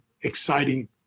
exciting